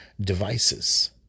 devices